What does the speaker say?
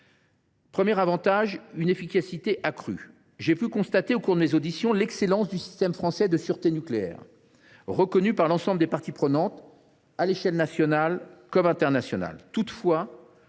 premier est une efficacité accrue. J’ai pu constater, au fil de mes auditions, que l’excellence du système français de sûreté nucléaire est reconnue par l’ensemble des parties prenantes, à l’échelle nationale comme internationale.